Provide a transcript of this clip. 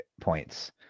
points